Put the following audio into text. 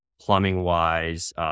plumbing-wise